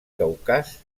caucas